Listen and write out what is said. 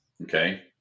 Okay